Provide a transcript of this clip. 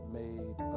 made